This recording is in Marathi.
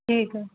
ठीक आहे